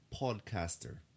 podcaster